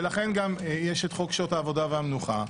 ולכן יש גם את חוק שעות העבודה והמנוחה,